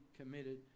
committed